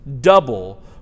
double